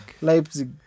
Leipzig